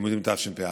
הלימודים תשפ"א.